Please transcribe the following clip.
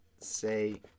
Say